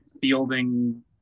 fielding